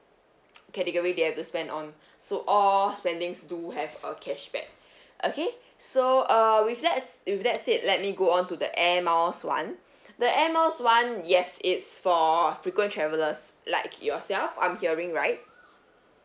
category they have to spend on so all spendings do have a cashback okay so err with that with that said let me go on to the air miles [one] the air miles [one] yes it's for frequent travellers like yourself I'm hearing right